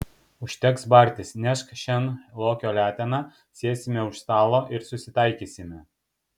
užteks bartis nešk šen lokio leteną sėsime už stalo ir susitaikysime